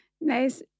Nice